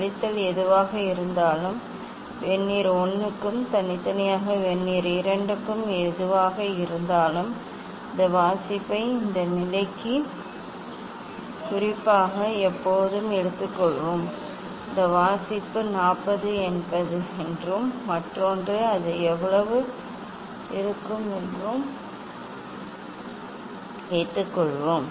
கழித்தல் எதுவாக இருந்தாலும் வெர்னியர் 1 க்கும் தனித்தனியாக வெர்னியர் 2 க்கும் எதுவாக இருந்தாலும் இந்த வாசிப்பை இந்த நிலைக்கு குறிப்பாக எப்போது எடுத்துக்கொள்வோம் இந்த வாசிப்பு 40 என்றும் மற்றொன்று அது எவ்வளவு இருக்கும் என்றும் வைத்துக்கொள்வோம்